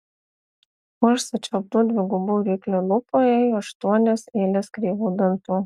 už sučiauptų dvigubų ryklio lūpų ėjo aštuonios eilės kreivų dantų